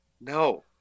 No